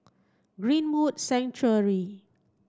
Greenwood Sanctuary